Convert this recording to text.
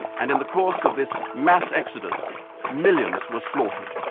and in the course of this mass exodus millions were slaughtered.